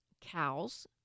Cows